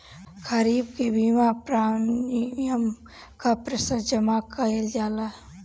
खरीफ के बीमा प्रमिएम क प्रतिशत जमा कयील जाला?